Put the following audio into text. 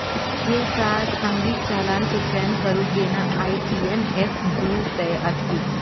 फेर प्रासंगिक चालान के चयन करू, जेना आई.टी.एन.एस दू सय अस्सी